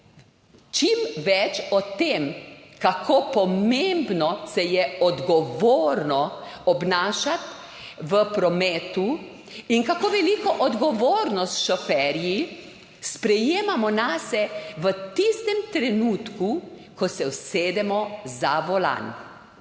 čim več o tem, kako pomembno se je odgovorno obnašati v prometu in kako veliko odgovornost šoferji sprejemamo nase v tistem trenutku, ko se usedemo za volan.